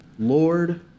Lord